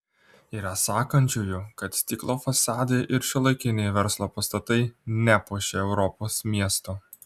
yra sakančiųjų kad stiklo fasadai ir šiuolaikiniai verslo pastatai nepuošia europos miestų